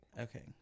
Okay